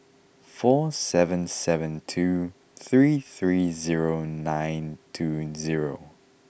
four seven seven two three three zero nine two zero